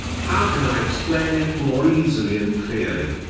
how can i explain it more easily and clearly?